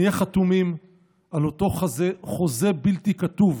נהיה חתומים על אותו חוזה בלתי כתוב